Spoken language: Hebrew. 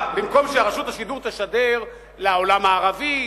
במקום שרשות השידור תשדר לעולם הערבי,